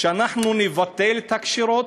לבטל את הקשירות,